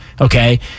Okay